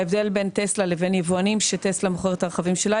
ההבדל בין "טסלה" לבין יבואנים ש"טסלה" מוכרת את הרכבים שלה,